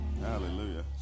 Hallelujah